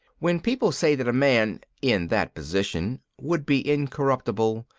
when people say that a man in that position would be incorruptible,